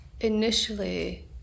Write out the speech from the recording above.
Initially